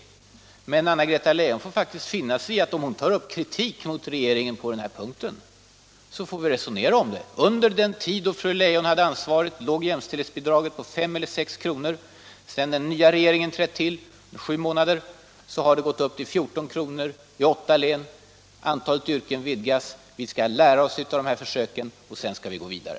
Men Anna-Greta Leijon får faktiskt finna sig i att om hon tar upp kritik mot regeringen på den här punkten får vi resonera om saken. Under den tid fru Leijon själv hade ansvaret låg jämställdhetsbidraget på 5 eller 6 kr. Sedan den nya regeringen trätt till har det gått upp till 14 kr. i åtta län och antalet yrken ökat. Vi skall lära oss av dessa försök för att sedan kunna gå vidare.